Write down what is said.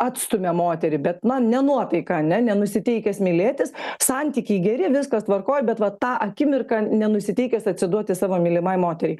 atstumia moterį bet na ne nuotaika ne nenusiteikęs mylėtis santykiai geri viskas tvarkoj bet va tą akimirką nenusiteikęs atsiduoti savo mylimai moteriai